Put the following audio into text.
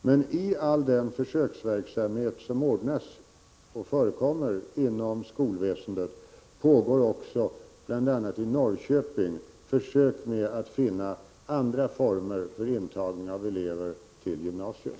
Men i all den försöksverksamhet som förekommer inom skolväsendet pågår också, bl.a. i Norrköping, försök med att finna andra former för intagning av elever till gymnasiet.